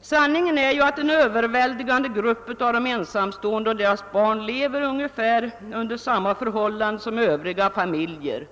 Sanningen är den att den överväldigande delen av de ensamstående och deras barn lever under ungefär samma förhållanden som övriga familjer.